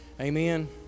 amen